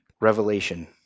Revelation